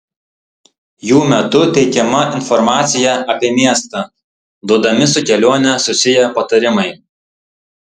jų metu teikiama informacija apie miestą duodami su kelione susiję patarimai